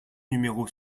numéro